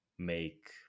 Make